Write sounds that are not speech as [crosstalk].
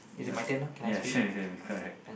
yeah yeah [laughs] correct